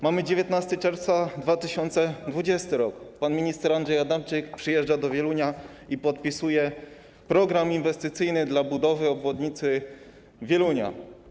Mamy 19 czerwca 2020 r., pan minister Andrzej Adamczyk przyjeżdża do Wielunia i podpisuje program inwestycyjny dla budowy obwodnicy Wielunia.